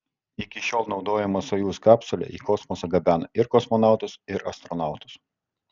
iki šiol naudojama sojuz kapsulė į kosmosą gabena ir kosmonautus ir astronautus